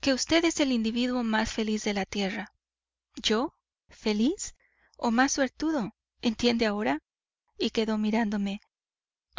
que usted es el individuo más feliz de la tierra yo feliz o más suertudo entiende ahora y quedó mirándome